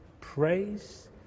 praise